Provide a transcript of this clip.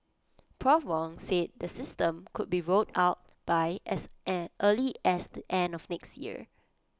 Prof Wong said the system could be rolled out by as an early as the end of next year